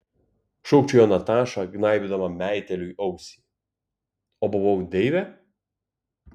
šūkčiojo nataša gnaibydama meitėliui ausį o buvau deivė